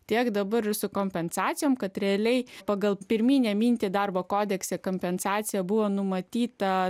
tiek dabar su kompensacijom kad realiai pagal pirminę mintį darbo kodekse kompensacija buvo numatyta